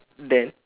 then